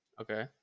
Okay